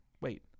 Wait